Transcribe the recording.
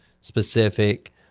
specific